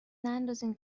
نندازین